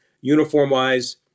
uniform-wise